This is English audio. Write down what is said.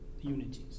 unities